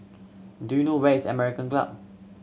do you know where is American Club